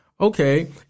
okay